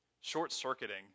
short-circuiting